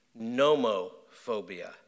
Nomophobia